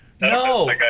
no